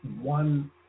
one